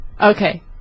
Okay